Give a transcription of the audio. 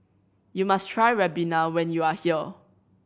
you must try ribena when you are here